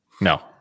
No